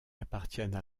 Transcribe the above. appartiennent